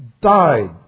died